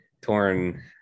torn